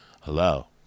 hello